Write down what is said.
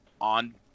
on